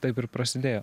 taip ir prasidėjo